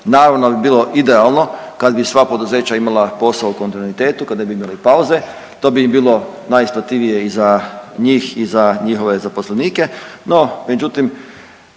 Naravno da bi bilo idealno kad bi sva poduzeća imala posao u kontinuitetu kad ne bi imali pauze, to bi im bilo najisplativije i za njih i za njihove zaposlenike, no međutim